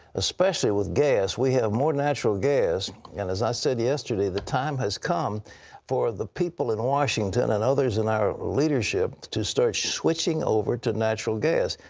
especially with gas. we have more natural gas. and as i said yesterday, the time has come for the people in washington and others in our leadership to start switching over to natural gas.